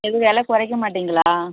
எதுவும் வில குறைக்க மாட்டிங்களா